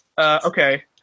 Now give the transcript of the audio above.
Okay